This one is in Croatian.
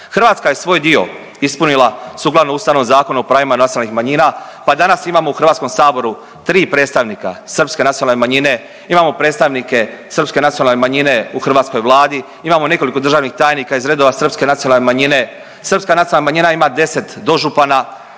Hrvatska je svoj dio ispunila sukladno Ustavnom zakonu o pravima nacionalnih manjina, pa danas imamo u HS tri predstavnika srpske nacionalne manjine, imamo predstavnike srpske nacionalne manjine u hrvatskoj vladi, imamo nekoliko državnih tajnika iz redova srpske nacionalne manjine, srpska nacionalna manjina ima 10 dožupana